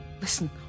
Listen